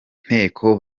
nteko